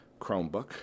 Chromebook